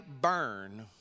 burn